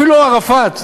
אפילו ערפאת,